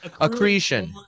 accretion